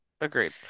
Agreed